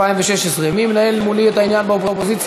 התשע"ו 2016. מי מנהל מולי את העניין באופוזיציה?